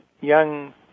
young